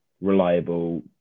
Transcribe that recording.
reliable